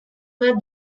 bat